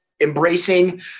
embracing